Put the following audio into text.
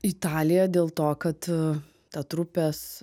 italija dėl to kad ta trupės